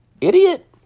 Idiot